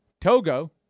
Togo